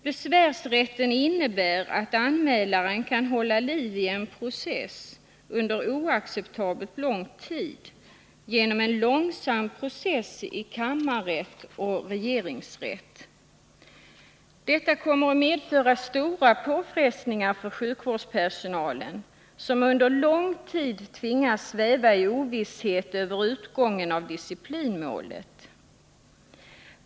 Besvärsrätten innebär att anmälaren kan hålla liv i en process under oacceptabelt lång tid genom en långsam process i kammarrätt och regeringsrätt. Detta kommer att medföra stora påfrestningar för sjukvårdspersonalen, som under lång tid kan tvingas sväva i ovisshet om utgången av disciplinmålet.